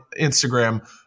Instagram